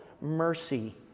mercy